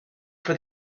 for